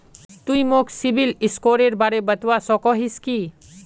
तुई मोक सिबिल स्कोरेर बारे बतवा सकोहिस कि?